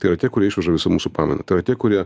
tai yra tie kurie išveža visą mūsų pamainą tai yra tie kurie